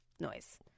noise